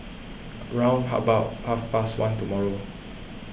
round about half past one tomorrow